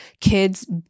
kids